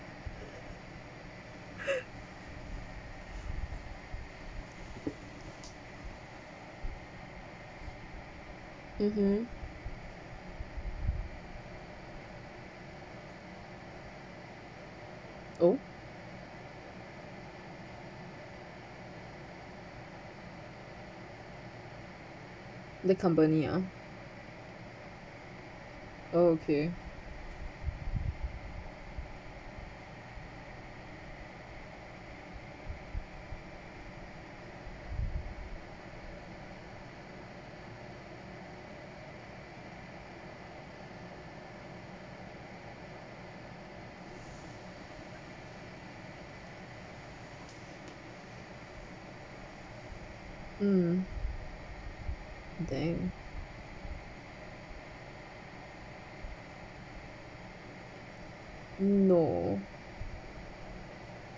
mmhmm oh the company ah oh okay mm dank no